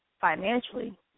financially